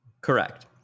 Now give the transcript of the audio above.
Correct